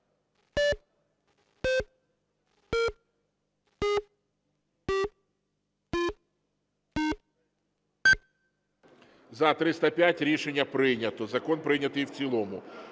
За-305 Рішення прийнято. Закон прийнятий в цілому.